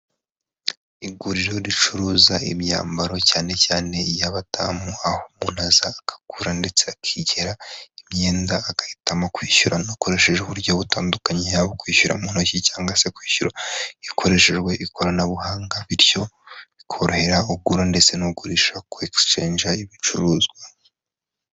Iguriro ricuruza imyambaro cyane cyane iy'abadamu aho umuntu aza akagura ndetse akigera imyenda, agahitamo kwishyura hakoreshejwe uburyo butandukanye, haba ubwo kwishyura mu ntoki cyangwa se kwishyura hakoreshejwe ikoranabuhanga bityo bikorohera ugura ndetse n'ugurisha kwekisicenja ibicuruzwa.